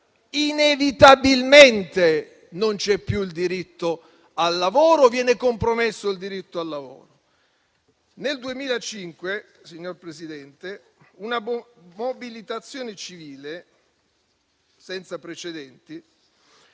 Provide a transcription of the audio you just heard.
inevitabilmente non c'è più il diritto al lavoro o esso viene compromesso. Nel 2005, signor Presidente, una mobilitazione civile, senza precedenti,